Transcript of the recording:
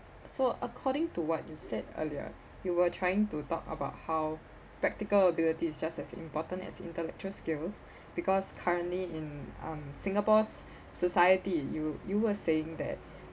so according to what you said earlier you were trying to talk about how practical ability is just as important as intellectual skills because currently in um singapore's society you you were saying that